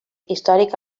històric